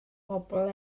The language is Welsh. bobl